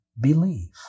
believe